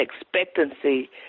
expectancy